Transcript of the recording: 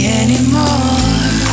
anymore